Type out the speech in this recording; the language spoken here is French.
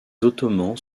ottomans